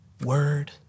Word